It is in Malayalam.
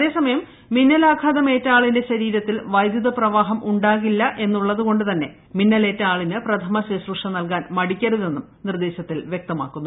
അതേസമയം മിന്നലാഘാതം ഏറ്റ ആളിന്റെ ശരീരത്തിൽ വൈദ്യുത പ്രവാഹം ഉണ്ടാകില്ല എന്നുള്ളതുകൊണ്ടുതന്നെ മിന്നലേറ്റ ആളിന് പ്രഥമ ശുശ്രൂഷ നൽകുവാൻ മടിക്കരുതെന്നും നിർദേശത്തിൽ വ്യക്തമാക്കുന്നു